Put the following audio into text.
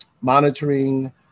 monitoring